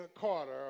Carter